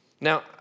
Now